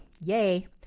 Yay